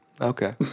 Okay